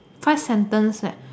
five sentence leh